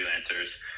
freelancers